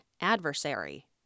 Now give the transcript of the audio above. adversary